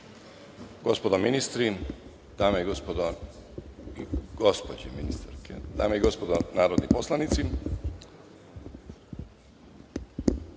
gospodo ministri, dame i gospodo narodni poslanici,